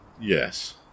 Yes